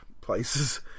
places